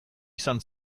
izan